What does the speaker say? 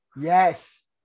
Yes